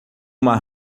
uma